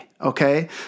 okay